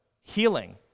healing